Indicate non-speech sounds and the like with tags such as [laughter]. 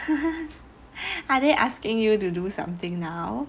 [laughs] are they asking you to do something now